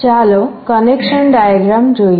ચાલો connection diagram જોઈએ